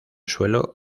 suelo